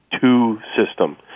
two-system